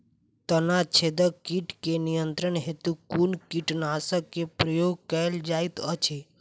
तना छेदक कीट केँ नियंत्रण हेतु कुन कीटनासक केँ प्रयोग कैल जाइत अछि?